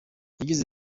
yagize